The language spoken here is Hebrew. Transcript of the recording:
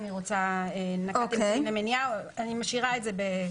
אני משאירה את זה.